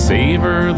Savor